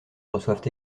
reçoivent